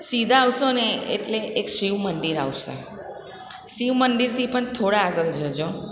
સીધા આવશો ને એટલે એક શિવ મંદિર આવશે શિવ મંદિરથી પણ થોડા આગળ જજો